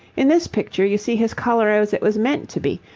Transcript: in this picture you see his colour as it was meant to be,